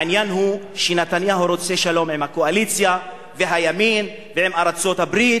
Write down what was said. העניין הוא שנתניהו רוצה שלום עם הקואליציה והימין ועם ארצות-הברית.